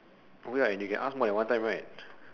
oh ya and you can ask more than one time right